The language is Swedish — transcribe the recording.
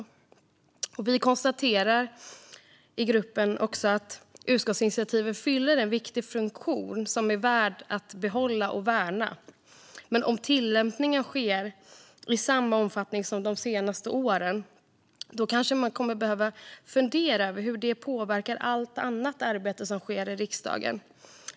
I gruppen konstaterar vi också att utskottsinitiativet fyller en viktig funktion som är viktig att behålla och värna. Men om tillämpningen sker i samma omfattning som de senaste åren kommer man kanske att behöva fundera över hur det påverkar allt annat arbete som sker i riksdagen.